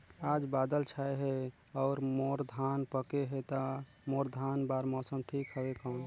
आज बादल छाय हे अउर मोर धान पके हे ता मोर धान बार मौसम ठीक हवय कौन?